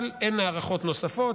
אבל אין הארכות נוספות.